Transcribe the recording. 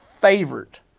favorite